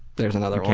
there's another one.